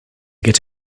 get